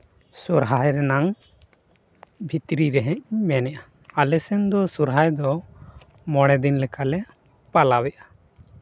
ᱥᱚᱨᱦᱟᱭ ᱨᱮᱱᱟᱜ ᱵᱷᱤᱛᱨᱤ ᱨᱮᱦᱮᱫᱼᱤᱧ ᱢᱮᱱᱮᱫᱟ ᱟᱞᱮ ᱥᱮᱱ ᱫᱚ ᱥᱚᱨᱦᱟᱭ ᱫᱚ ᱢᱚᱬᱮ ᱫᱤᱱ ᱞᱮᱠᱟᱞᱮ ᱯᱟᱞᱟᱣᱮᱫᱼᱟ